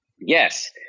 Yes